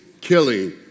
killing